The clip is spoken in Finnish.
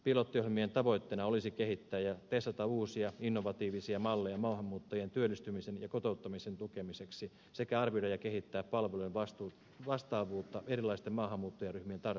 pilottiohjelmien tavoitteena olisi kehittää ja testata uusia innovatiivisia malleja maahanmuuttajien työllistymisen ja kotouttamisen tukemiseksi sekä arvioida ja kehittää palvelujen vastaavuutta erilaisten maahanmuuttajaryhmien tarpeisiin